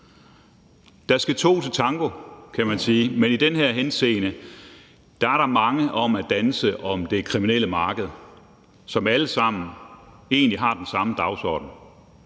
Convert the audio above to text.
Der skal to til tango, kan man sige, men i den her henseende er der mange om at danse om det kriminelle marked, som alle sammen egentlig har den samme dagsorden,